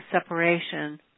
separation